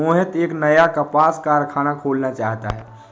मोहित एक नया कपास कारख़ाना खोलना चाहता है